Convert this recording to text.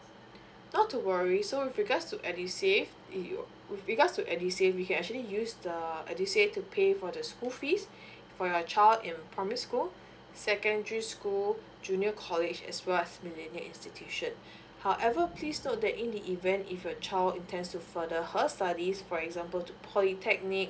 not to worry so with regards to edusave it with regards to edusave we can actually use the edusave to pay for the school fees for your child in primary school secondary school junior college as well as millenial institution however please note that in the event if your child intends to further her studies for example to polytechnic